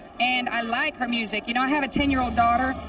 and i like her music. you know, i have a ten-year-old daughter.